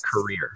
career